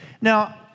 Now